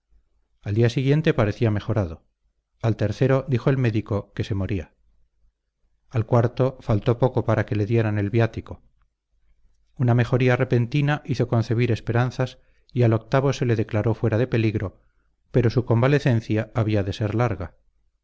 al día siguiente parecía mejorado al tercero dijo el médico que se moría al cuarto faltó poco para que le dieran el viático una mejoría repentina hizo concebir esperanzas y al octavo se le declaró fuera de peligro pero su convalecencia había de ser larga